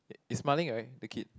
eh he smiling right the kid